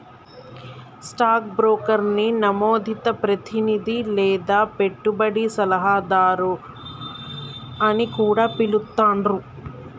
stock బ్రోకర్ని నమోదిత ప్రతినిధి లేదా పెట్టుబడి సలహాదారు అని కూడా పిలుత్తాండ్రు